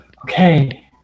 okay